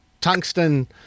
Tungsten